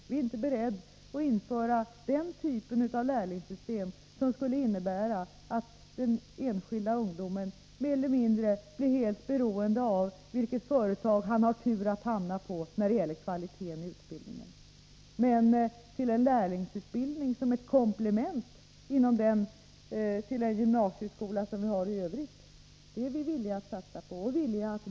Vi är inte beredda att införa den typ av lärlingssystem som skulle innebära att den enskilde ungdomen mer eller mindre blev helt beroende av vilket företag han har turen eller oturen att hamna på när det gäller kvaliteten i utbildningen. Men en lärlingsutbildning som ett komplement till den gymnasieskola vi har i övrigt är vi villiga att satsa på och bygga ut.